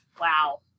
Wow